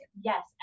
Yes